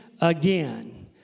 again